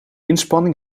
inspanning